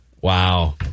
Wow